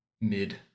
mid